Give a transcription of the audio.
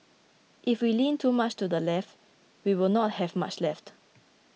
if we lean too much to the left we will not have much left